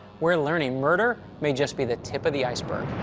we're learning murder may just be the tip of the iceberg.